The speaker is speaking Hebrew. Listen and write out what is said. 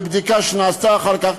בבדיקה שנעשתה אחר כך,